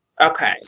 Okay